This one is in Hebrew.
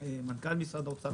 מנכ"ל משרד האוצר.